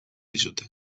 dizute